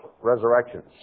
resurrections